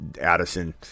Addison